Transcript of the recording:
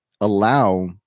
allow